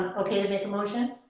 okay to make a motion?